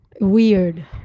weird